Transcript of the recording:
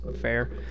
Fair